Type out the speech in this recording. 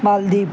Maldives